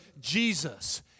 Jesus